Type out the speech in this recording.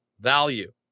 value